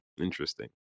interesting